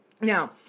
Now